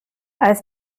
als